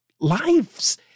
lives